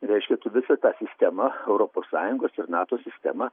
reiškia tu visą tą sistemą europos sąjungos ir nato sistemą